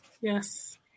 Yes